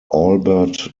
albert